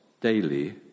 daily